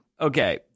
Okay